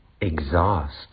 exhaust